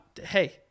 hey